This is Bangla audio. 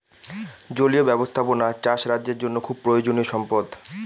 জলীয় ব্যাবস্থাপনা চাষ রাজ্যের জন্য খুব প্রয়োজনীয়ো সম্পদ